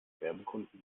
werbekunden